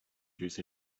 juice